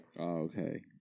Okay